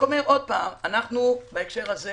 אומר שוב, בהקשר הזה